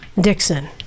Dixon